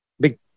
Big